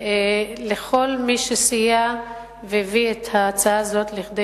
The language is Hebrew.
לכל מי שסייע והביא את ההצעה הזאת לכדי